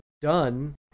done